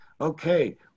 Okay